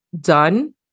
done